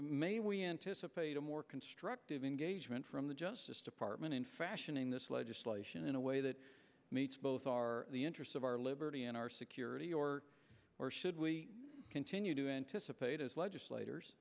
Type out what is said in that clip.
may we anticipate a more constructive engagement from the justice department in fashioning this legislation in a way that meets both our the interests of our liberty and our security or or should we continue to anticipate as legislators